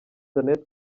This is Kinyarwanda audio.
jeannette